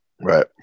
Right